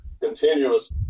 continuous